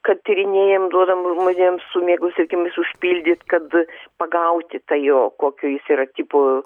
kad tyrinėjam duodam žmonėms su miego sutrikimais užpildyt kad pagauti tą jo kokio jis yra tipo